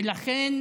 ולכן